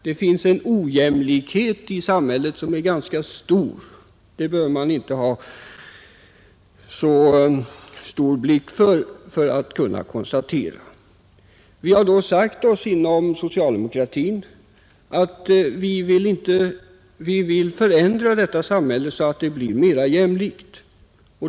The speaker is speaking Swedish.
Det finns en ganska stor ojämlikhet i samhället. Det behöver man inte ha särskilt god blick för att kunna konstatera. Och inom socialdemokratin har vi sagt, att vi vill förändra samhället så att det blir mera jämlikt.